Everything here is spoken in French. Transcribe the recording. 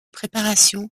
préparations